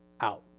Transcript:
out